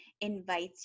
invites